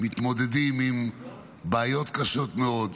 הם מתמודדים עם בעיות קשות מאוד,